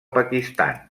pakistan